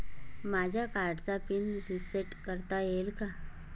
माझ्या कार्डचा PIN reset करता येईल का?